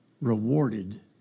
rewarded